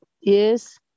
Yes